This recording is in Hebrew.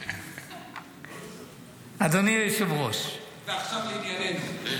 אדוני היושב-ראש -- ועכשיו לענייננו.